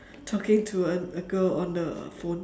talking to a girl on the phone